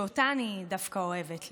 שאותה אני דווקא אוהבת.